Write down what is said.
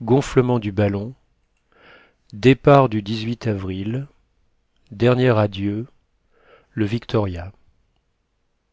gonflement du ballon départ du avril dernier adieu le victoria